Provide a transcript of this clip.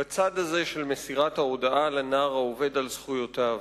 בצעד הזה של מסירת ההודעה לנער העובד על זכויותיו.